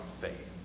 faith